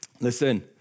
Listen